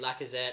Lacazette